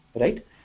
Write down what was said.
right